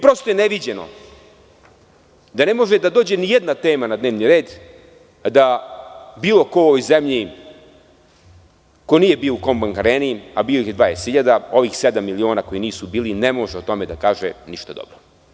Prosto je neviđeno da ne može da dođe ni jedna tema na dnevni red, a da bilo ko u ovoj zemlji ko nije bio u „Kombank areni“, a bilo ih je 20.000, ovih sedam miliona koji nisu bili ne može o tome da kaže ništa dobro.